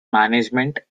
management